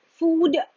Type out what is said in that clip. Food